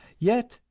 yet,